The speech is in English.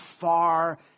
far